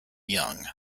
young